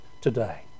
today